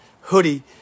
hoodie